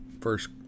first